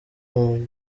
muri